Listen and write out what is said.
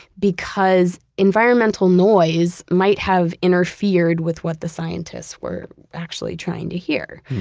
because environmental noise might have interfered with what the scientists were actually trying to hear.